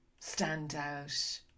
standout